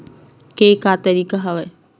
के का तरीका हवय?